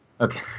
Okay